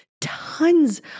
tons